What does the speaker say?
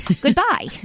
goodbye